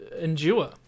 endure